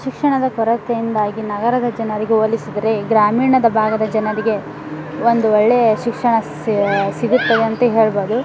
ಶಿಕ್ಷಣದ ಕೊರತೆಯಿಂದಾಗಿ ನಗರದ ಜನರಿಗೆ ಹೋಲಿಸಿದ್ರೆ ಗ್ರಾಮೀಣದ ಭಾಗದ ಜನರಿಗೆ ಒಂದು ಒಳ್ಳೆಯ ಶಿಕ್ಷಣ ಸಿಗುತ್ತವೆ ಅಂತ ಹೇಳ್ಬೋದು